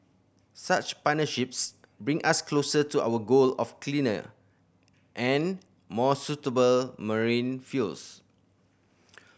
such partnerships bring us closer to our goal of cleaner and more sustainable marine fuels